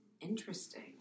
interesting